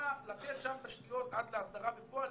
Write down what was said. להתחיל עכשיו תשתיות עד להסדרה בפועל,